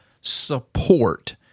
support